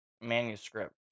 Manuscript